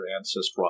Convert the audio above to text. ancestors